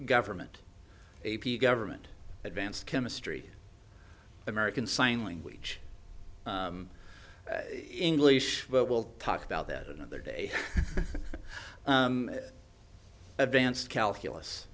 government a government advance chemistry american sign language english but we'll talk about that another day advanced calculus